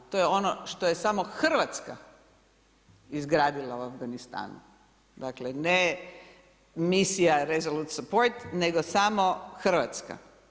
To je ono što je samo Hrvatska izgradila u Afganistanu, dakle ne misija Resolute Support nego samo Hrvatska.